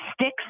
sticks